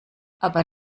aber